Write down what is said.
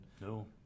No